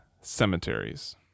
cemeteries